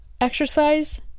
Exercise